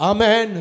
Amen